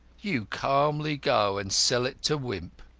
you calmly go and sell it to wimp.